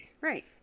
Right